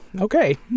Okay